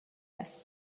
است